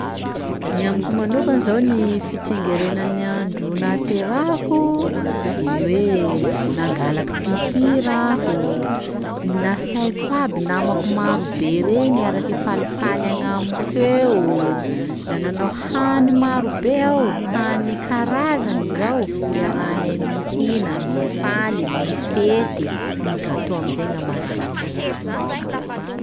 Ny amiko manoka zao ny fitsingerenan'ny andro nahaterahako de ny hoe: nangalaky mpihira aho, nasaiko aby namako marobe regny hiaraka hifalifaly agn'amiko eo, la nanao hany marobe aho, hany karazany zao iarahanay mihina, mifaly, mifety, ny gâteau am'izay gny amaragnanay azy.